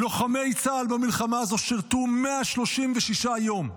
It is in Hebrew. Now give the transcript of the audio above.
לוחמי צה"ל במלחמה הזו שירתו 136 יום,